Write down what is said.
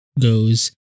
goes